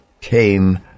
came